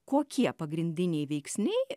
kokie pagrindiniai veiksniai